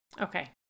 Okay